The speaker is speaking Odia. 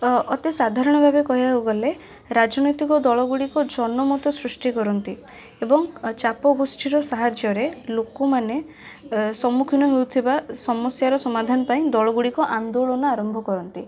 ତ ଅତି ସାଧାରଣଭାବେ କହିବାକୁଗଲେ ରାଜନୈତିକ ଦଳ ଗୁଡ଼ିକ ଜନମତ ସୃଷ୍ଟି କରନ୍ତି ଏବଂ ଚାପ ଗୋଷ୍ଠୀର ସାହାଯ୍ୟରେ ଲୋକମାନେ ସମ୍ମୁଖୀନ ହେଉଥିବା ସମସ୍ୟାର ସମାଧାନ ପାଇଁ ଦଳ ଗୁଡ଼ିକ ଆନ୍ଦୋଳନ ଆରମ୍ଭ କରନ୍ତି